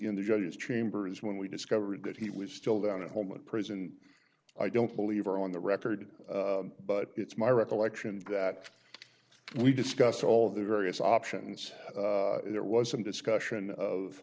in the judge's chambers when we discovered that he was still down at home and prison i don't believe are on the record but it's my recollection that we discussed all the various options there was some discussion of